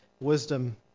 wisdom